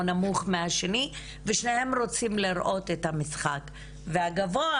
או נמוך מהשני ושניהם רוצים לראות את המשחק והגבוה